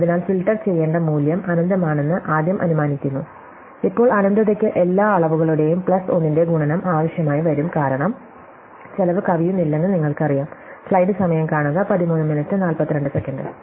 അതിനാൽ ഫിൽട്ടർ ചെയ്യേണ്ട മൂല്യം അനന്തമാണെന്ന് ആദ്യം അനുമാനിക്കുന്നു ഇപ്പോൾ അനന്തതയ്ക്ക് എല്ലാ അളവുകളുടെയും പ്ലസ് 1 ന്റെ ഗുണനം ആവശ്യമായി വരും കാരണം റഫർ സമയം 1342 ചെലവ് കവിയുന്നില്ലെന്ന് നിങ്ങൾക്കറിയാം